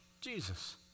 Jesus